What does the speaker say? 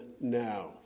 now